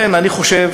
אני חושב